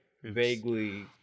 Vaguely